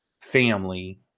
family